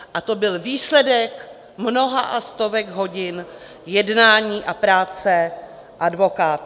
A to byl výsledek mnoha stovek hodin jednání a práce advokáta.